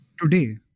today